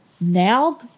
now